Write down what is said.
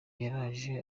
yaraje